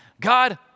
God